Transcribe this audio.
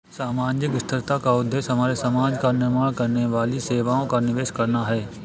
सामाजिक स्थिरता का उद्देश्य हमारे समाज का निर्माण करने वाली सेवाओं का निवेश करना है